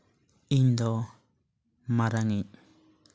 ᱤᱧ ᱫᱚ ᱢᱟᱨᱟᱝ ᱤᱡ